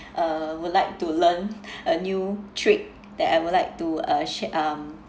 uh would like to learn a new trick that I would like to uh share um